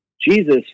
Jesus